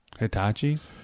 Hitachis